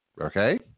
Okay